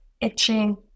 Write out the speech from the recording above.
itching